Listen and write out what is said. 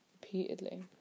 repeatedly